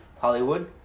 Hollywood